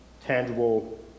tangible